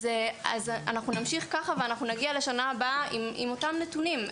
אז אנחנו נמשיך ככה ונגיע לשנה הבאה עם אותם נתונים.